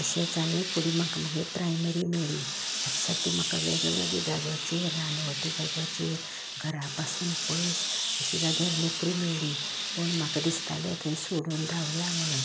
तशेंच हांवें फुडें म्हाका मागी प्रायमरी मेळ्ळी हेस्साटी म्हाका वेगळे वेग्गे जाग्याचेर रानवटी जाग्याचेर घरा पासून पयस अशी जाग्यार नोकरी मेळ्ळी पूण म्हाका दिसतालें थंय सोडून धांवया म्हणून